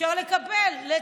אפשר לקפל.